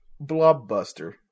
Blobbuster